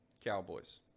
Cowboys